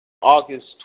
August